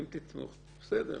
אם תתמוך זה בסדר.